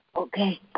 okay